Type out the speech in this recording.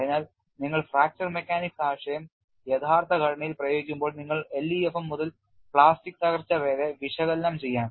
അതിനാൽ നിങ്ങൾ fracture mechanics ആശയം യഥാർത്ഥ ഘടനയിൽ പ്രയോഗിക്കുമ്പോൾ നിങ്ങൾ LEFM മുതൽ പ്ലാസ്റ്റിക് തകർച്ച വരെ വിശകലനം ചെയ്യണം